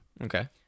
Okay